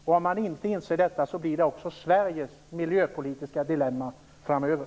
Om man inte inser detta, blir det också Sveriges miljöpolitiska dilemma framöver.